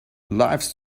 lifes